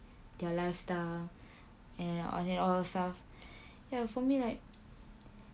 their lifestyle and all that all the stuff ya for me like